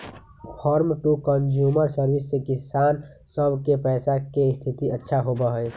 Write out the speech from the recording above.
farmer to consumer service से किसान सब के पैसा के स्थिति अच्छा होबा हई